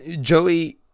Joey